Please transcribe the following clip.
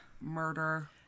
murder